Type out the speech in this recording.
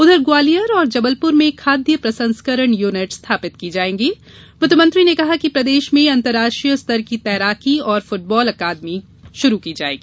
उधर ग्वालियर और जबलपुर में खाद्य प्रसंस्करण युनिट स्थापित की जायेगी वित्त मंत्री ने कहा कि प्रदेश में अंतर्राष्ट्रीय स्तर की तैराकी ओर फुटबाल अकादमी शुरू की जायेगी